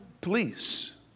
police